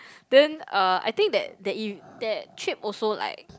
then uh I think that that e~ that trip also like